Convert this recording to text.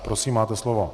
Prosím, máte slovo.